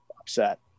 upset